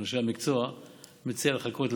אנשי המקצוע כרגע אני מציע לחכות,